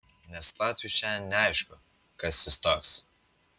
nes latviui šiandien neaišku kas jis toks